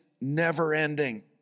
never-ending